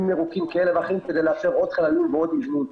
ירוקים כאלה ואחרים כדי לייצר עוד חללים ועוד איזון.